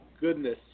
goodness